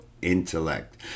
intellect